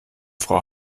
frau